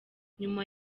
nyuma